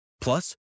Plus